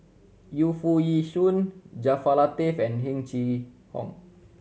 Yu Foo Yee Shoon Jaafar Latiff and Heng Chee How